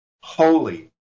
holy